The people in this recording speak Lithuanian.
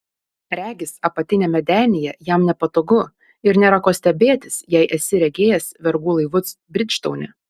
regis apatiniame denyje jam nepatogu ir nėra ko stebėtis jei esi regėjęs vergų laivus bridžtaune